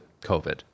COVID